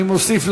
אני מוסיף,